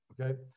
okay